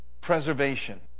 preservation